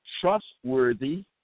trustworthy